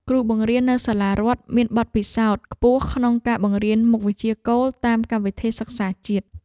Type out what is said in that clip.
គ្រូបង្រៀននៅសាលារដ្ឋមានបទពិសោធន៍ខ្ពស់ក្នុងការបង្រៀនមុខវិជ្ជាគោលតាមកម្មវិធីសិក្សាជាតិ។